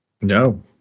No